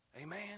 Amen